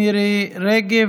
מירי רגב,